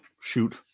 shoot